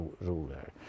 ruler